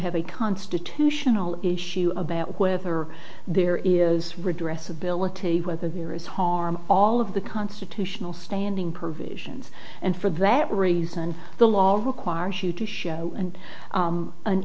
have a constitutional issue about whether there is redress ability whether there is harm all of the constitutional standing provisions and for that reason the law requires you to show and